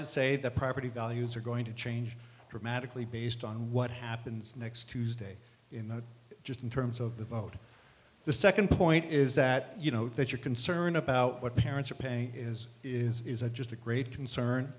to say the property values are going to change dramatically based on what happens next tuesday in the just in terms of the vote the second point is that you know that your concern about what parents are paying is is is a just a great concern